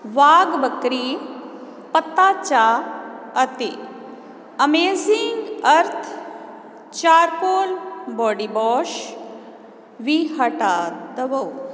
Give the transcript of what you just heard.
ਬਾਗ ਬੱਕਰੀ ਪੱਤਾ ਚਾਹ ਅਤੇ amazing earth charcoal body wash ਵੀ ਹਟਾ ਦੇਵੋ